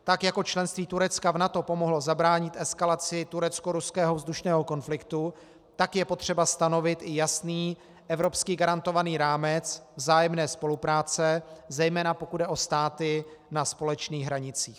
Tak jako členství Turecka v NATO pomohlo zabránit eskalaci tureckoruského vzdušného konfliktu, tak je potřeba stanovit i jasný evropsky garantovaný rámec vzájemné spolupráce, zejména pokud jde o státy na společných hranicích.